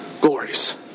glories